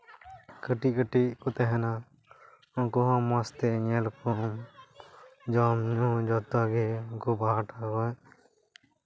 ᱠᱟᱹᱴᱤᱡ ᱠᱟᱹᱴᱤᱡ ᱠᱚ ᱛᱟᱦᱮᱱᱟ ᱩᱱᱠᱩ ᱦᱚᱸ ᱢᱚᱡᱽ ᱛᱮ ᱡᱚᱢ ᱧᱩ ᱡᱚᱛᱚᱜᱮ ᱩᱱᱠᱩ ᱵᱟᱨ ᱫᱷᱟᱣ ᱟᱭ